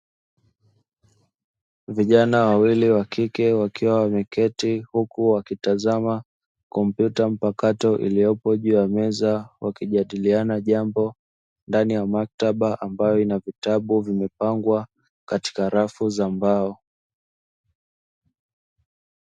Vijana wawili wa kike wakiwa wameketi huku wakitazama kompyuta mpakato iliyopo juu ya meza; wakijadiliana jambo ndani ya maktaba ambayo ina vitabu vimepangwa katika rafu za mbao.